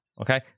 okay